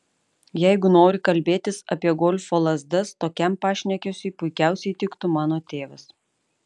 jeigu nori kalbėtis apie golfo lazdas tokiam pašnekesiui puikiausiai tiktų mano tėvas